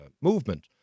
movement